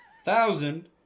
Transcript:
Thousand